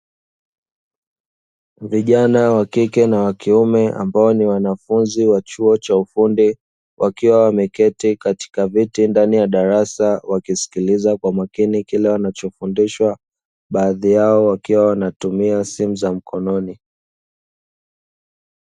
Vijana wa kike na wa kiume, ambao ni wanafunzi wa chuo cha ufundi, wakiwa wameketi katika viti ndani ya darasa, wakisikiliza kwa makini kila wanachofundishwa. Baadhi yao wakiwa wanatumia simu za mkononi.